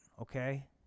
okay